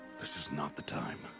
this is not the time.